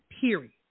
period